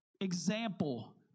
example